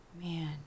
Man